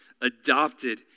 adopted